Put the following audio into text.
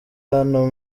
hano